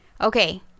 okay